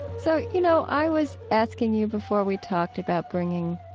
so, you know, i was asking you before we talked about bringing